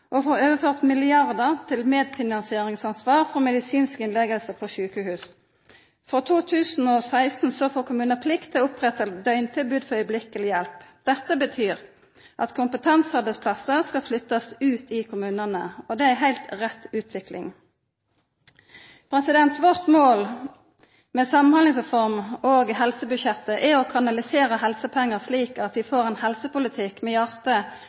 sjukehus. Frå 2016 får kommunar plikt til å oppretta døgntilbod for akutt hjelp. Dette betyr at kompetansearbeidsplassar skal flyttast ut i kommunane. Det er ei heilt rett utvikling. Vårt mål med Samhandlingsreforma og helsebudsjettet er å kanalisera helsepengane slik at vi får ein helsepolitikk med